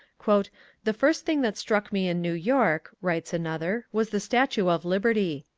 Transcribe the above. the first thing that struck me in new york, writes another, was the statue of liberty.